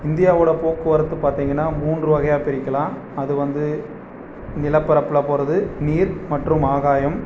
இந்தியாவோடய போக்குவரத்து பார்த்தீங்கன்னா மூன்று வகையாக பிரிக்கலாம் அது வந்து நிலப்பரப்பில் போகிறது நீர் மற்றும் ஆகாயம்